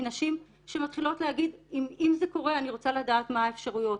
מנשים שמתחילות להגיד: אם זה קורה אני רוצה לדעת מה האפשרויות.